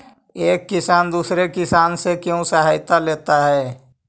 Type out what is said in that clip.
एक किसान दूसरे किसान से क्यों सहायता लेता है?